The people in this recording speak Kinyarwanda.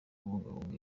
kubungabunga